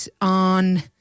on